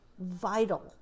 vital